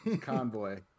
Convoy